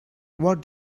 what